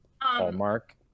Hallmark